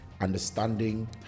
understanding